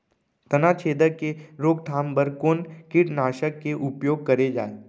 तनाछेदक के रोकथाम बर कोन कीटनाशक के उपयोग करे जाये?